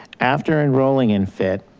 after enrolling in fit,